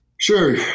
Sure